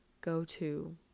go-to